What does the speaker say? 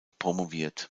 promoviert